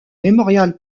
memorial